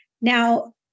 Now